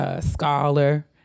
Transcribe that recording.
scholar